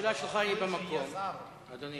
השאלה שלך היא במקום, אדוני.